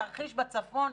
תרחיש בצפון,